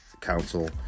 Council